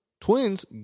Twins